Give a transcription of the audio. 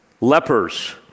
lepers